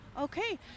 Okay